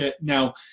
Now